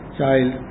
child